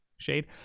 Shade